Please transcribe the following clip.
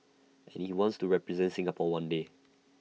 and he wants to represent Singapore one day